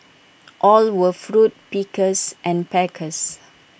all were fruit pickers and packers